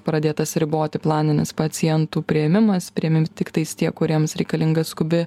pradėtas riboti planinis pacientų priėmimas priimami tiktais tie kuriems reikalinga skubi